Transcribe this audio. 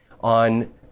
on